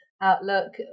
outlook